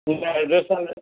न एड्रेस कोन्हे